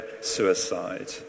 suicide